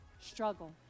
struggle